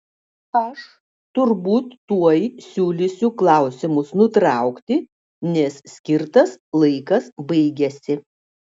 aš turbūt tuoj siūlysiu klausimus nutraukti nes skirtas laikas baigiasi